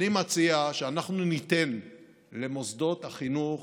אני מציע שאנחנו ניתן למוסדות החינוך